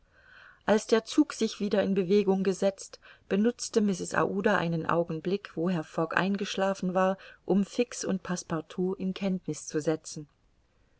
als der zug sich wieder in bewegung gesetzt benutzte mrs aouda einen augenblick wo herr fogg eingeschlafen war um fix und passepartout in kenntniß zu setzen